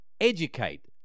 educate